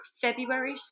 February